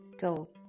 go